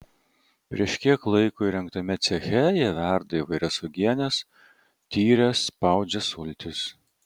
prieš kiek laiko įrengtame ceche jie verda įvairias uogienes tyres spaudžia sultis